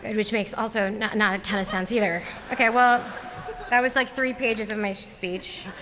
and which makes also not not a ton of sense either. ok. well that was like three pages of my speech.